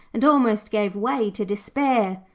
and almost gave way to despair.